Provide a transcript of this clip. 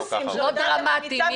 לא דרמטי.